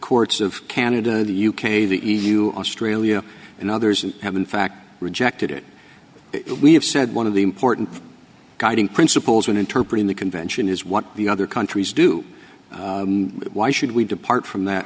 courts of canada the u k the e u australia and others have in fact rejected it we have said one of the important guiding principles when interpreted the convention is what the other countries do why should we depart from that